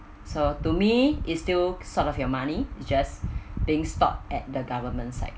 so to me it's still sort of your money it's just being stored at the government side